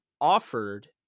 offered